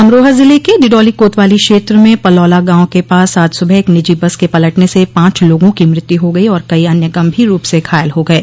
अमरोहा ज़िले के डिडौली कोतवाली क्षेत्र में पलौला गांव के पास आज सुबह एक निजी बस के पलटने से पांच लोगों की मृत्यु हो गयी और कई अन्य गंभीर रूप से घायल हो गये